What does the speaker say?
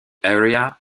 area